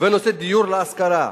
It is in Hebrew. ועל נושא דיור להשכרה.